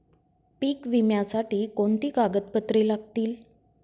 पीक विम्यासाठी कोणती कागदपत्रे लागतील?